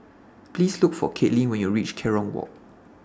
Please Look For Caitlin when YOU REACH Kerong Walk